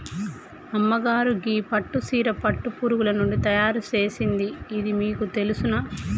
అమ్మగారు గీ పట్టు సీర పట్టు పురుగులు నుండి తయారు సేసింది ఇది మీకు తెలుసునా